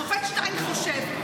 השופט שטיין חושב,